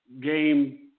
game –